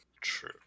True